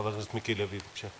חבר הכנסת מיקי לוי, בבקשה.